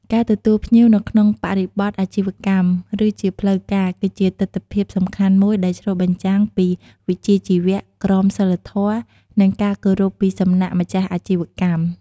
ការទទួលភ្ញៀវនៅក្នុងបរិបទអាជីវកម្ម ឬជាផ្លូវការ គឺជាទិដ្ឋភាពសំខាន់មួយដែលឆ្លុះបញ្ចាំងពីវិជ្ជាជីវៈ ក្រមសីលធម៌ និងការគោរពពីសំណាក់ម្ចាស់អាជីវកម្ម។